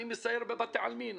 אני מסייר בבתי עלמין,